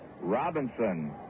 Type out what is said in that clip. Robinson